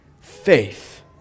faith